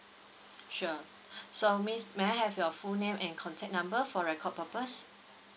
sure so miss may I have your full name and contact number for record purpose